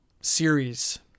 series